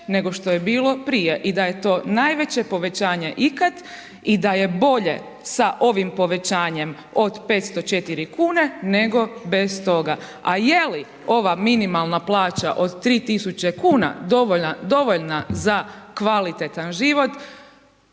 nego što je bilo prije i da je to najveće povećanje ikad i da je bolje sa ovim povećanjem od 504 kune nego bez toga. A je li ova minimalna plaća od 3.000 kuna dovoljna za kvalitetan život,